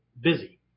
busy